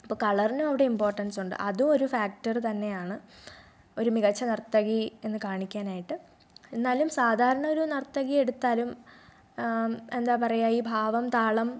അപ്പോൾ കളറിന് അവിടെ ഇമ്പോർട്ടൻസ് ഉണ്ട് അതും ഒരു ഫാക്റ്റർ തന്നെയാണ് ഒരു മികച്ച നർത്തകി എന്ന് കാണിക്കാനായിട്ട് എന്നാലും സാധാരണ ഒരു നർത്തകി എടുത്താലും എന്താ പറയുക ഈ ഭാവം താളം